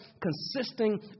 consisting